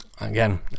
Again